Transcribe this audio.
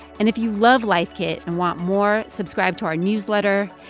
and if you love life kit and want more, subscribe to our newsletter.